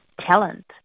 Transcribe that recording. talent